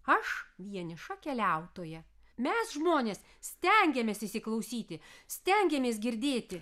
aš vieniša keliautoja mes žmonės stengiamės įsiklausyti stengiamės girdėti